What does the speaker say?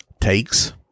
takes